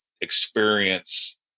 experience